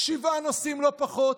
שבעה נושאים, לא פחות.